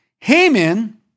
Haman